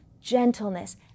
gentleness